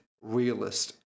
realist